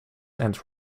and